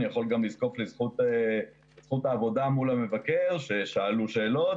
אני יכול גם לזקוף לזכות העבודה מול המבקר ששאלו שאלות